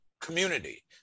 community